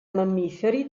mammiferi